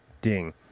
ding